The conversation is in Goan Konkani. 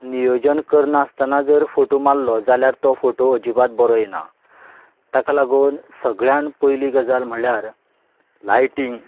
नियोजन करना आसतना जर फोटू मारलो जाल्यार तो फोटू आजिबात बरो येना ताका लागून सगळ्यान पयली गजाल म्हणल्यार लायटिंग